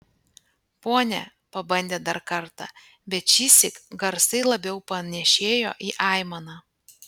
pone pabandė dar kartą bet šįsyk garsai labiau panėšėjo į aimaną